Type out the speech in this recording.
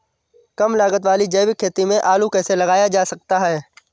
कम लागत वाली जैविक खेती में आलू कैसे लगाया जा सकता है?